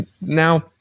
now